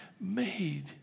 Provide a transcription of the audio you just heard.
made